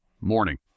morning